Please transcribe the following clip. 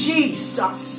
Jesus